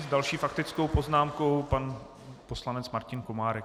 S další faktickou poznámkou pan poslanec Martin Komárek.